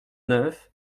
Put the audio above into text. neuf